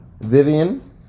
Vivian